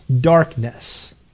darkness